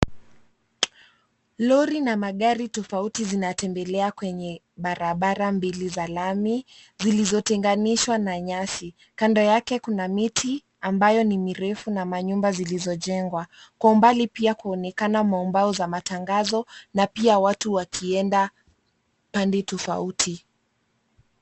Lori na magari tofauti zinatembelea kwenye barabara mbili za lami, zilizotenganishwa na nyasi. Kando yake kuna miti ambayo ni mirefu na manyumba zilizojengwa. Kwa umbali pia, kuaonekana maubao za matangazo na pia watu wakienda pande tofauti.